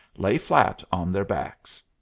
lay flat on their backs.